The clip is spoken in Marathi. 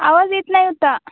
आवाज येत नाही होता